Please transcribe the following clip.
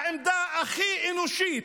את העמדה הכי אנושית,